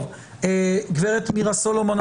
הגב' מירה סלומון,